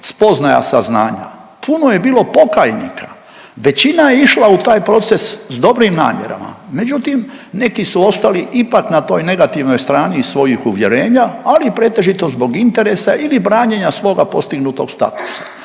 spoznaja, saznanja. Puno je bilo pokajnika, većina je išla u taj proces s dobrim namjerama, međutim neki su ostali ipak na to negativnoj strani svojih uvjerenja, ali i pretežito zbog interesa ili branjenja svoga postignutog statusa.